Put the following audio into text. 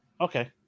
Okay